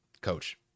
coach